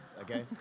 okay